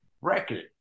record